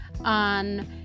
on